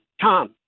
Tom